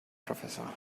professor